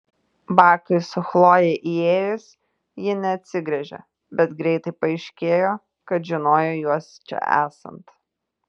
bakui su chloje įėjus ji neatsigręžė bet greitai paaiškėjo kad žinojo juos čia esant